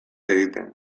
egiten